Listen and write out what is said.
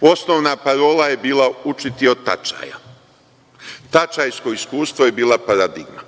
Osnovna parola je bila – učiti od Tačaja. Tačajsko iskustvo je bila paradigma.